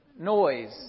Noise